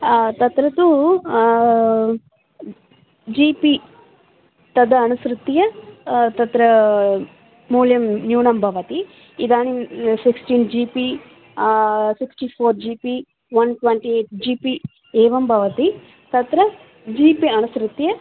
तत्र तु G B तत् अनुसृत्य तत्र मूल्यं न्यूनं भवति इदानीं sixteen G B sixty four G B one twenty eight G B एवं भवति तत्र जि पि अनुसृत्य